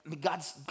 God's